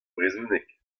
brezhoneg